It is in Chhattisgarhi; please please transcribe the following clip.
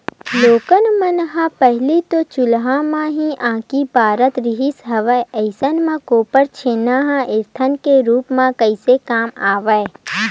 लोगन मन ह पहिली तो चूल्हा म ही आगी बारत रिहिस हवय अइसन म गोबर छेना ह ईधन के रुप म काहेच काम आवय